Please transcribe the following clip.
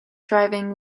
driving